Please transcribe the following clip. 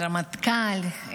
את הרמטכ"ל,